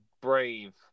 brave –